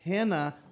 Hannah